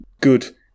good